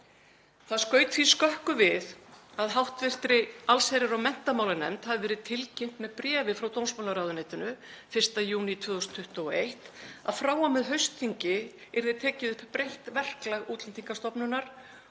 Það skaut því skökku við að hv. allsherjar- og menntamálanefnd hafi verið tilkynnt með bréfi frá dómsmálaráðuneytinu, 1. júní 2021, að frá og með haustþingi yrði tekið upp breytt verklag Útlendingastofnunar